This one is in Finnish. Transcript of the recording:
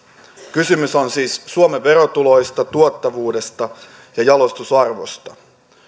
kysymys on siis suomen verotuloista tuottavuudesta ja jalostusarvosta